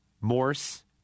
Morse